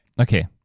Okay